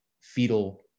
fetal